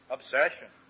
Obsession